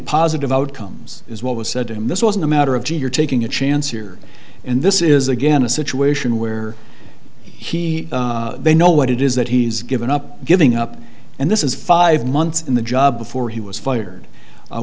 positive outcomes is what was said and this wasn't a matter of gee you're taking a chance here and this is again a situation where he they know what it is that he's given up giving up and this is five months in the job before he was fired